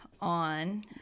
on